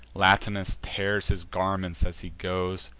latinus tears his garments as he goes,